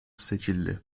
seçildi